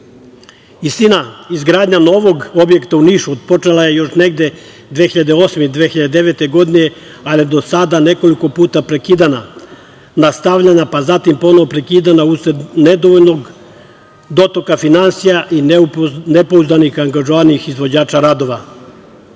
izgradnja novog objekta u Nišu počela je još negde 2008, 2009. godine, ali je do sada nekoliko puta prekidana, nastavljena, pa zatim ponovo prekidana, usled nedovoljnog dotoka finansija i nepouzdanih angažovanih izvođača radova.